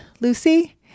lucy